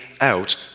out